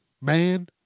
Man